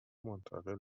منتقل